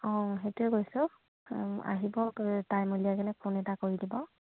অঁ সেইটোৱে কৈছোঁ আহিব টাইম উলিয়াই কেনে ফোন এটা কৰি দিব